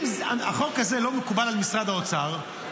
אם החוק הזה לא מקובל על משרד האוצר,